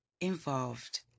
involved